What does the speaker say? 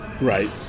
Right